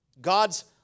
God's